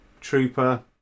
Trooper